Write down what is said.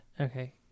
Okay